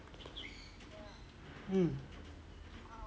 mm